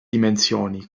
dimensioni